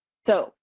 so